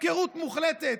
הפקרות מוחלטת.